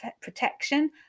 protection